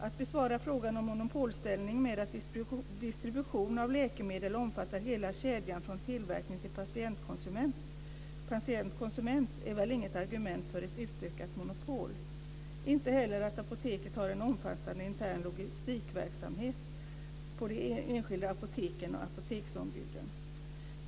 Att besvara frågan om monopolställning med att distribution av läkemedel omfattar hela kedjan från tillverkning till patient och konsument är väl inget argument för ett utökat monopol. Det är heller inget argument att Apoteket har en omfattande intern logistikverksamhet på de enskilda apoteken och apoteksombuden.